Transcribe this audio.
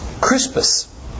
Crispus